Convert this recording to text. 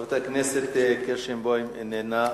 חברת הכנסת קירשנבאום, איננה.